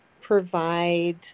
provide